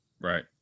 Right